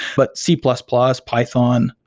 but c plus plus, python,